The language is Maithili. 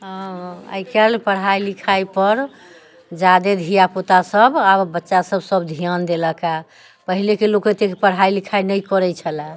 आइ काइल पढ़ाइ लिखाइ पर ज्यादा धिया पूता सब आब बच्चा सब सब ध्यान देलक हँ पहिले के लोक एतेक पढ़ाइ लिखाइ नै करे छले हँ